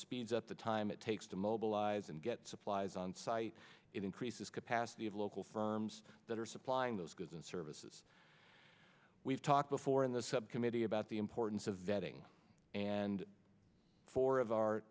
speeds up the time it takes to mobilize and get supplies onsite it increases capacity of local firms that are supplying those goods and services we've talked before in the subcommittee about the importance of vetting and four of our